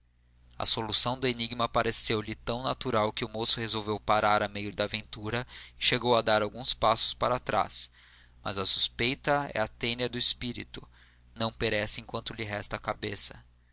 a solução do enigma pareceu-lhe tão natural que o moço resolveu parar a meio da aventura e chegou a dar alguns passos para trás mas a suspeita é a tênia do espírito não perece enquanto lhe resta a cabeça